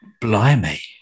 Blimey